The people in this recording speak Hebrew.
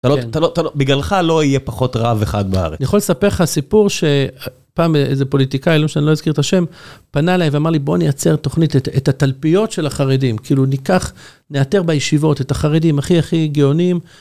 בגללך לא יהיה פחות רב אחד בארץ. אני יכול לספר לך סיפור שפעם איזה פוליטקאי, לא משנה, אני לא אזכיר את השם, פנה אליי ואמר לי בואו נייצר תוכנית, את התלפיות של החרדים, כאילו ניקח, נאתר בישיבות את החרדים הכי הכי הגאונים.